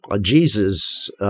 Jesus